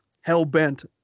hell-bent